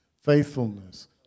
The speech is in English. faithfulness